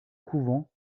couvent